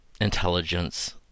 intelligence